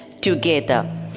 together